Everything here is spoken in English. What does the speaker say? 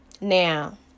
Now